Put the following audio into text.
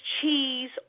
cheese